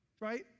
right